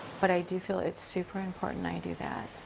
but i do feel it's super important i do that.